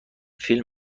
فیلم